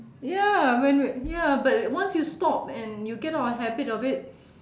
ya when when ya but once you stop and you get out of habit of it